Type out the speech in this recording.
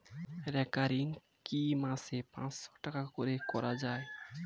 Recurring কি মাসে পাঁচশ টাকা করে করা যায়?